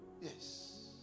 Yes